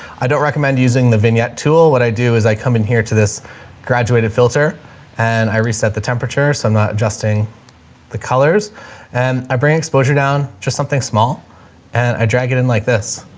i don't recommend using the vignette tool. what i do is i come in here to this graduated filter and i reset the temperature so not adjusting the colors and i bring exposure down just something small and i drag it in like this.